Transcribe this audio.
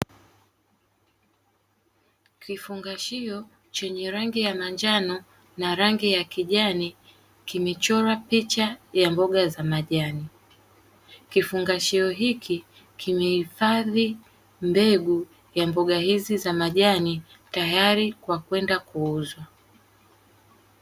Kifungashio chenye rangi ya manjano na rangi ya kijani, kimechorwa picha ya mboga za majani. Kifungashio hiki kimehifadhi mbegu ya mboga hizi za majani tayari kwa kwenda kuuzwa.